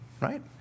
right